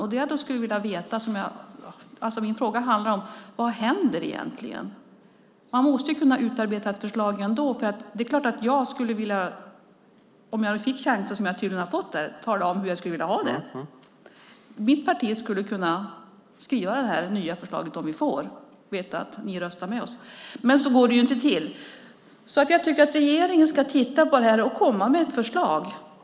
Det jag då skulle vilja veta, och som min fråga handlar om, är: Vad händer egentligen? Man måste kunna utarbeta ett förslag ändå. Det är klart att jag skulle vilja tala om hur jag vill ha det om jag fick chansen, som jag tydligen har fått här. Mitt parti skulle kunna skriva det nya förslaget, och ni kan rösta med oss. Men så går det ju inte till. Jag tycker att regeringen ska titta på det här och komma med ett förslag.